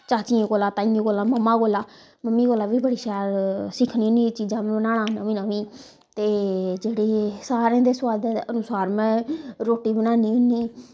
चाचियें कोला ताईयें कोला मम्मा कोला मम्मियैं कोला बी बड़ी शैल सिक्खनी होनी एह् चीजां बनाना नमी नमी ते जेह्ड़े सारें दे सोआदा दे अनुसार में रोटी बनान्नी होन्नी